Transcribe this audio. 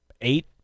eight